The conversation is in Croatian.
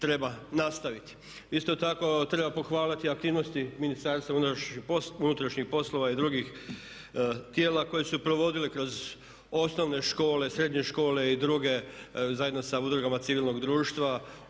treba nastaviti. Isto tako treba pohvaliti aktivnosti Ministarstva unutarnjih poslova i drugih tijela koji su provodili kroz osnovne škole, srednje škole i druge zajedno sa udrugama civilnog društva